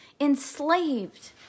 enslaved